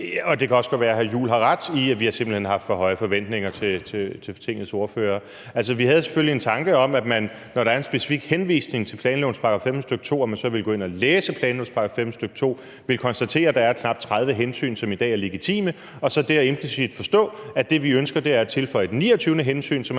være, at hr. Christian Juhl har ret i, at vi simpelt hen har haft for høje forventninger til Tingets ordførere. Altså, vi havde selvfølgelig en tanke om, at man, når der er en specifik henvisning til planlovens § 15, stk. 2, så ville gå ind og læse planlovens § 15, stk. 2, og ville konstatere, at der er knap 30 hensyn, som i dag er legitime – og så deraf implicit forstå, at det, vi ønsker, er at tilføje det 29. hensyn, som